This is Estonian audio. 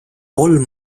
kolm